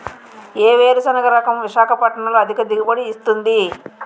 ఏ వేరుసెనగ రకం విశాఖపట్నం లో అధిక దిగుబడి ఇస్తుంది?